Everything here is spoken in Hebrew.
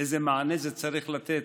איזה מענה זה צריך לתת,